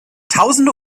tausende